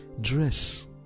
dress